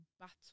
battle